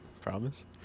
Promise